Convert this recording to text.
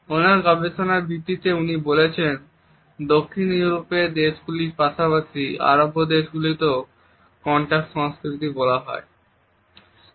ওনার গবেষণার ভিত্তিতে উনি বলেছেন দক্ষিণ ইউরোপের দেশগুলির পাশাপাশি আরব্য দেশগুলিকেও কন্টাক্ট সংস্কৃতি বলা যায়